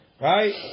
Right